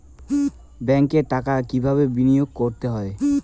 ব্যাংকে টাকা কিভাবে বিনোয়োগ করতে হয়?